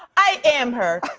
i am her.